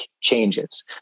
changes